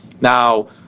Now